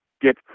get